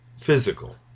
physical